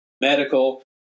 medical